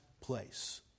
place